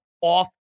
off